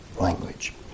language